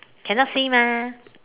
cannot see mah